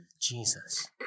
Jesus